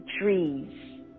trees